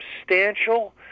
substantial